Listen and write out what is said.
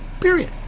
Period